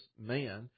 man